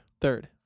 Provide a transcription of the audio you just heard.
Third